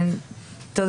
אני צריכה לצאת, יש לי כנס.